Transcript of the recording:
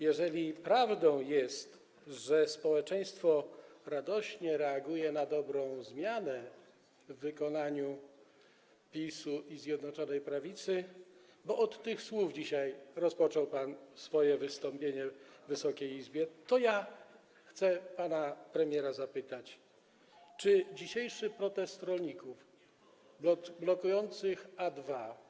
Jeżeli prawdą jest, że społeczeństwo radośnie reaguje na dobrą zmianę w wykonaniu PiS-u i Zjednoczonej Prawicy, bo od tych słów dzisiaj rozpoczął pan swoje wystąpienie w Wysokiej Izbie, to ja chcę pana premiera zapytać o dzisiejszy protest rolników blokujących A2.